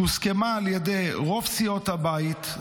שהוסכמה על ידי רוב סיעות הבית,